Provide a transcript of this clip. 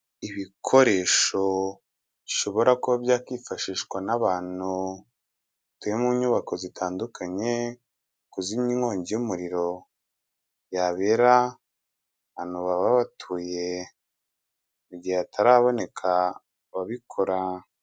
Ibikoresho bishobora kubabyakwifashishwa n'abantu batuye mu nyubako zitandukanye kuzimya nkongi y'umuriro yabera ahantu baba batuye, mu gihe hatararaboneka ababikora.